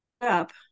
up